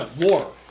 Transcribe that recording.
War